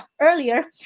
Earlier